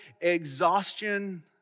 exhaustion